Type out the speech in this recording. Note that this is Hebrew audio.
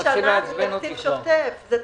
זה תקציב שוטף.